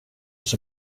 was